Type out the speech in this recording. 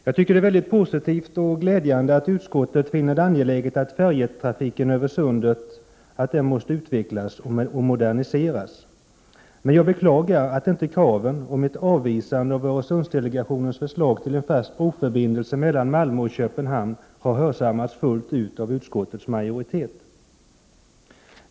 Jag tycker att det är positivt och glädjande att utskottet finner det angeläget att färjetrafiken över Sundet utvecklas och moderniseras, men jag beklagar att kraven på ett avvisande av Öresundsdelegationens förslag till en fast broförbindelse mellan Malmö och Köpenhamn inte har hörsammats fullt ut av utskottets majoritet.